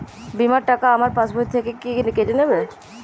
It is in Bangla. বিমার টাকা আমার পাশ বই থেকে কি কেটে নেবে?